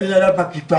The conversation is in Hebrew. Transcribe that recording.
אין עליו אכיפה,